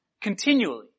continually